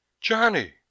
Johnny